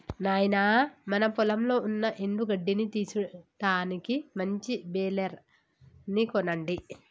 నాయినా మన పొలంలో ఉన్న ఎండు గడ్డిని తీసుటానికి మంచి బెలర్ ని కొనండి